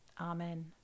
Amen